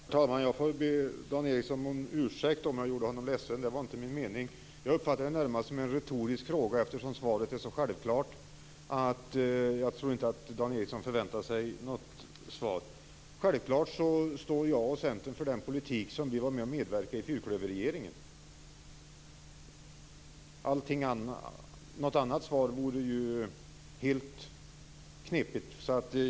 Herr talman! Jag får be Dan Ericsson om ursäkt om jag gjorde honom ledsen. Det var inte min mening. Jag uppfattade det närmast som en retorisk fråga, eftersom svaret är så självklart. Jag trodde inte att Dan Ericsson förväntade sig något svar. Självfallet står Centern och jag för den politik som vi medverkade till i fyrklöverregeringen. Något annat svar vore ju helt knepigt.